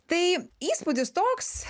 tai įspūdis toks